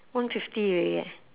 one fifty already leh